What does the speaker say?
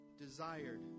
desired